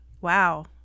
Wow